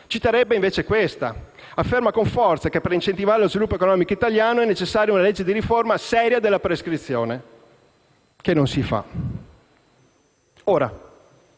maggioranza), dall'altra afferma con forza che, per incentivare lo sviluppo economico italiano, è necessaria una legge di riforma seria della prescrizione, che non si fa.